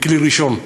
מכלי ראשון.